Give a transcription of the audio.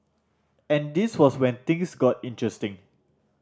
and this was when things got interesting